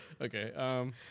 Okay